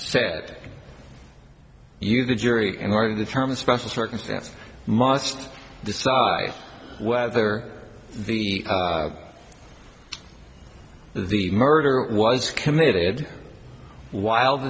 set you the jury in order to determine special circumstance must decide whether the the murder was committed whil